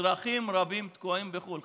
אזרחים רבים תקועים בחו"ל.